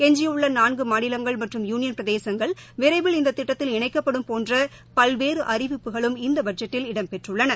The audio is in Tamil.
எஞ்சியுள்ள நான்கு மாநிலங்கள் மற்றும் யுனியன் பிரதேசங்கள் விரைவில் இந்த திட்டத்தில் இணைக்கப்படும் போன்ற பல்வேறு அறிவிப்புகளும் இந்த பட்ஜெட்டில் இடம்பெற்றுள்ளன